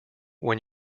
when